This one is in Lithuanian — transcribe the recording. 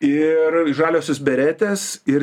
ir žaliosios beretės ir